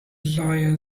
lawyer